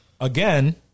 again